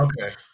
Okay